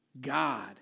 God